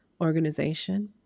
organization